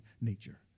nature